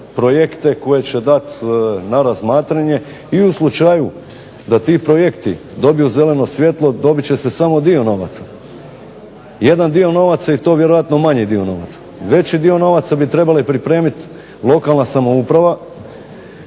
projekte koje će dati na razmatranje, i u slučaju da ti projekti dobiju zeleno svjetlo dobiti će se samo dio novaca. Jedan dio novaca i to vjerojatno manji dio novaca. Veći dio novaca bi trebala pripremiti lokalna samouprava